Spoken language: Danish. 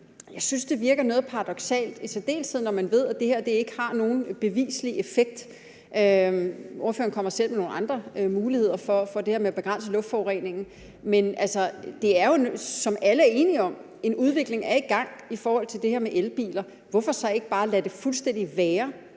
Jeg synes, det virker noget paradoksalt, i særdeleshed når man ved, at det her ikke har nogen bevislig effekt. Ordføreren kommer selv med nogle andre muligheder for det her med at begrænse luftforureningen. Men som alle er enige om, er der en udvikling i gang i forhold til det her med elbiler. Hvorfor så ikke bare fuldstændig lade